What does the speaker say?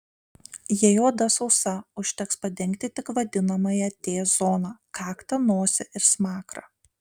jei oda sausa užteks padengti tik vadinamąją t zoną kaktą nosį ir smakrą